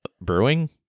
Brewing